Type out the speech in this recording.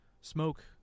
smoke